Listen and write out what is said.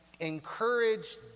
encourage